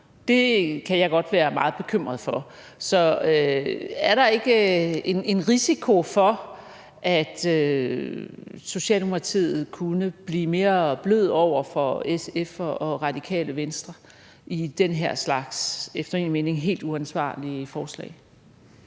Det kan jeg godt være meget bekymret for. Så er der ikke en risiko for, at Socialdemokratiet kunne blive mere bløde over for SF og Radikale Venstre i den her slags efter min mening helt uansvarlige forslag?